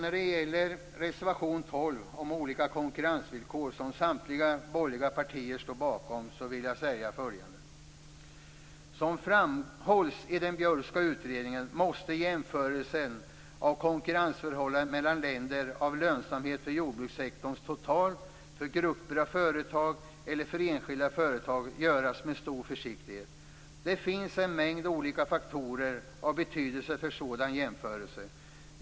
När det gäller reservation 12, om lika konkurrensvillkor, som samtliga borgerliga partier står bakom, vill jag säga följande: Som framhålls i den Björkska utredningen måste jämförelsen av konkurrensförhållandena mellan länder när det gäller lönsamheten för jordbrukssektorn totalt, för grupper av företag eller för enskilda företag, göras med stor försiktighet. Det finns en mängd olika faktorer av betydelse för sådana jämförelser.